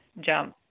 jump